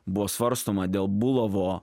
buvo svarstoma dėl bulavo